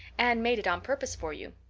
anne made it on purpose for you.